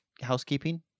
housekeeping